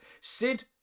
sid